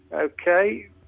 Okay